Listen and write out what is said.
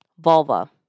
vulva